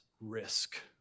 risk